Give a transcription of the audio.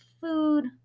food